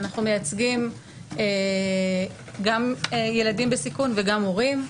אנחנו מייצגים ילדים בסיכון וגם הורים.